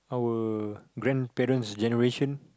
our grandparent's generation